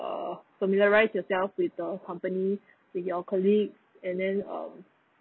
err familiarise yourself with the company with your colleague and then um